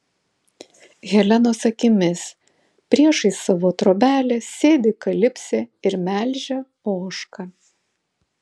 helenos akimis priešais savo trobelę sėdi kalipsė ir melžia ožką